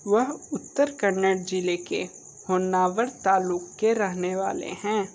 वह उत्तर कन्नड़ जिले के होन्नावर तालुक के रहने वाले हैं